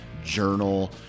journal